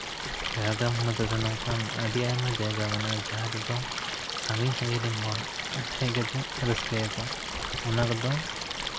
ᱡᱷᱟᱲᱜᱨᱟᱢ ᱦᱚᱱᱚᱛ ᱨᱮ ᱱᱚᱝᱠᱟᱱ ᱟᱹᱰᱤ ᱟᱭᱢᱟ ᱡᱟᱭᱜᱟ ᱢᱮᱱᱟᱜᱼᱟ ᱡᱟᱦᱟᱸ ᱨᱮᱫᱚ ᱥᱟᱺᱜᱤᱧᱼᱥᱟᱺᱜᱤᱧ ᱨᱮᱱ ᱦᱚᱲ ᱦᱮᱡ ᱠᱟᱛᱮᱜ ᱨᱟᱹᱥᱠᱟᱹᱭᱟᱠᱚ ᱚᱱᱟ ᱠᱚᱫᱚ